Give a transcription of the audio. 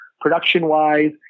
production-wise